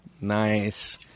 Nice